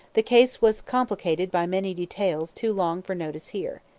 the case was complicated by many details too long for notice here.